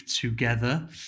together